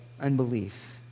unbelief